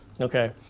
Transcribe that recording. Okay